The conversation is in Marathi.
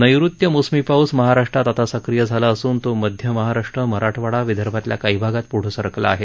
नक्कृत्य मोसमी पाऊस महाराष्ट्रात आता सक्रीय झाला असून तो मध्य महाराष्ट्र मराठवाडा विदर्भातल्या काही भागात पुढे सरकला आहे